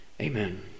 Amen